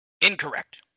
Incorrect